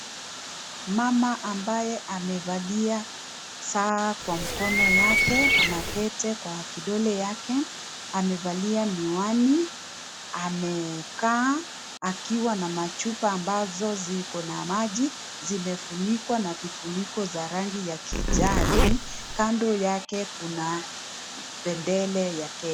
Mama ambaye amevalia saa kwa mkono yake na pete kwa kidole yake. Amevalia miwani, amekaa akiwa na machupa ambazo ziko na maji. Zimefunikwa na vifuniko za rangi ya kijani. Kando yake kuna bendera ya Kenya.